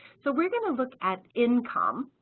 so we're going to look at income,